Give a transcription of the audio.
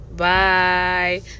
bye